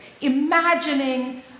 imagining